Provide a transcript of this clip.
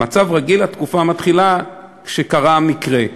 במצב רגיל התקופה מתחילה כשקרה המקרה.